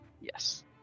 Yes